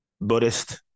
Buddhist